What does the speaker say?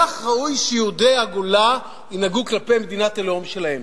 כך ראוי שיהודי הגולה ינהגו כלפי מדינת הלאום שלהם.